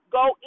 go